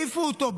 העיפו אותו,